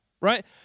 right